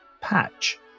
Patch